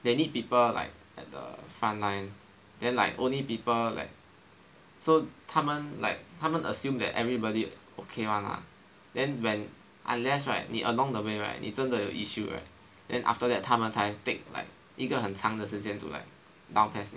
they need people like at the front line then like only people like so 他们 like 他们 assume that everybody okay [one] lah then when unless right 你 along the way right 你真的有 issue right then after that 他们才 take like 一个很长的时间 to like down PES 你